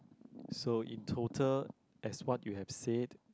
so in total as what you have said